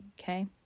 Okay